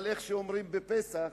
אבל איך אומרים בפסח?